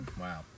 Wow